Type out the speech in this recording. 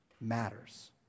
matters